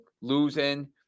losing